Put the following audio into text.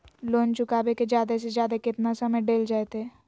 Loan चुकाबे के जादे से जादे केतना समय डेल जयते?